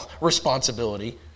responsibility